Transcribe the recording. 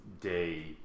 day